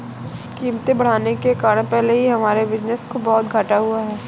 कीमतें बढ़ने के कारण पहले ही हमारे बिज़नेस को बहुत घाटा हुआ है